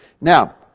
Now